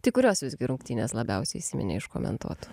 tai kurios visgi rungtynės labiausiai įsiminė iš komentuotų